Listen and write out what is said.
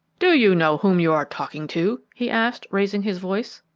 do you know whom you are talking to? he asked, raising his voice.